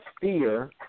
fear